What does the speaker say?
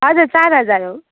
हजुर चार हजार हो